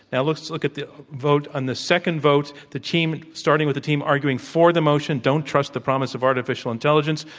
look so look at the vote on the second vote. the team starting with the team arguing for the motion, don't trust the promise of artificial intelligence,